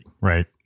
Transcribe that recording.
right